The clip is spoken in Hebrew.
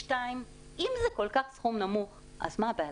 שנית, אם זה סכום כל כך נמוך מה הבעיה